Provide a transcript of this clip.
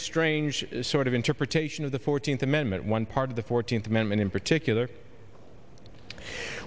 strange sort of interpretation of the fourteenth amendment one part of the fourteenth amendment in particular